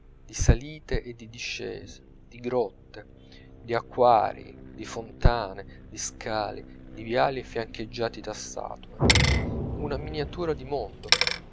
salite di discese di grotte d'acquarii di fontane di scali di viali fiancheggiati da statue una miniatura di mondo